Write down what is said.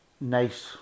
nice